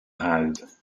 hawdd